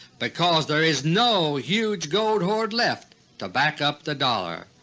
because there is no huge gold hoard left to back up the dollar.